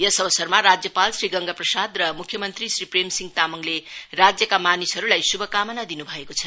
यस अवसरमा राज्यपाल श्री गंगा प्रसाद र मुख्यमन्त्री श्री प्रेम सिंह तामाङले राज्यका मानिसहरूलाई श्भकामना दिनु भएको छ